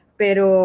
pero